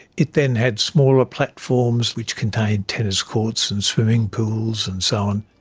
it then had smaller platforms which contained tennis courts and swimming pools and so on,